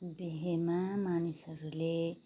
बिहेमा मानिसहरूले